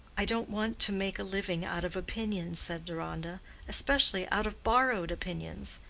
i don't want to make a living out of opinions, said deronda especially out of borrowed opinions.